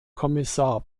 kommissar